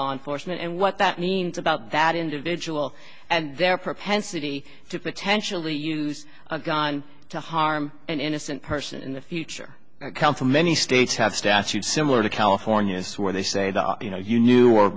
law enforcement and what that means about that individual and their propensity to potentially use a gun to harm an innocent person in the future come from many states have statutes similar to california where they say that you know you knew or